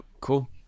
Cool